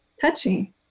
touchy